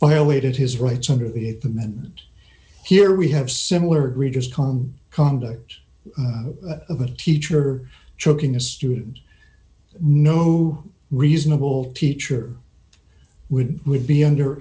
violated his rights under the them and here we have similar readers come conduct of a teacher choking a student no reasonable teacher would would be under